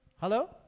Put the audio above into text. Hello